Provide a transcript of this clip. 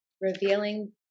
revealing